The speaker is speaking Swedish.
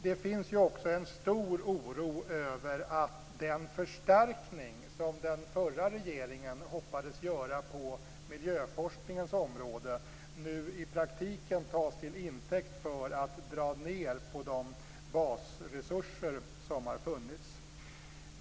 Det finns också en stor oro över att den förstärkning som den förra regeringen hoppades göra på miljöforskningens område nu i praktiken tas till intäkt för att dra ned på de basresurser som har funnits.